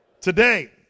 Today